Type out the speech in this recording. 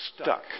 stuck